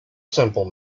simple